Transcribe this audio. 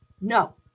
no